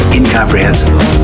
incomprehensible